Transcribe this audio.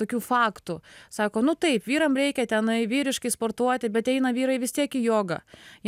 tokių faktų sako nu taip vyram reikia tenai vyriškai sportuoti bet eina vyrai vis tiek į jogą